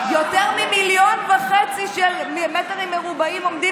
יותר ממיליון וחצי מטרים מרובעים עומדים